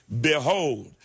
behold